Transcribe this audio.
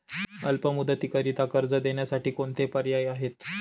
अल्प मुदतीकरीता कर्ज देण्यासाठी कोणते पर्याय आहेत?